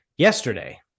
Yesterday